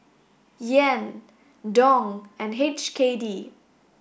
Yen Dong and H K D